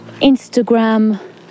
Instagram